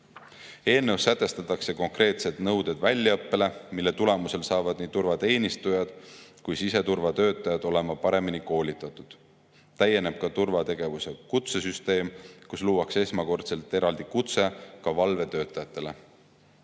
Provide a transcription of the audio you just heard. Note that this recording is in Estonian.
sätestatakse konkreetsed nõuded väljaõppele, mille tulemusel saavad nii turvateenistujad kui siseturvatöötajad olema paremini koolitatud. Täieneb turvategevuse kutsesüsteem, kus luuakse esmakordselt eraldi kutse ka valvetöötajatele.